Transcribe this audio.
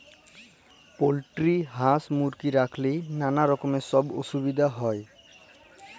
poultry হাঁস, মুরগি রাইখলেই ম্যালা রকমের ছব অসুবিধা হ্যয়